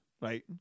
right